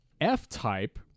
F-Type